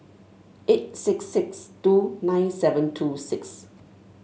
eight six six two nine seven two six